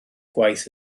gwaith